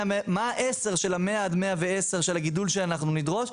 מה ה-10 של ה-100 עד 110 שלך הגידול שאנחנו נדרוש?